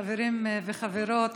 חברים וחברות,